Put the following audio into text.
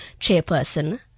Chairperson